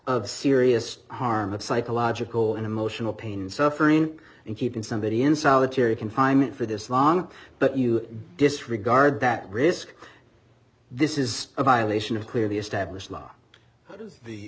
of serious harm of psychological and emotional pain suffering and keeping somebody in solitary confinement for this long but you disregard that risk this is a violation of clearly established law the